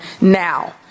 now